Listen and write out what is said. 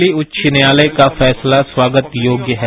दिल्ली उच्च न्यायालय का फैसला स्वागत योग्य है